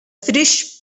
bhris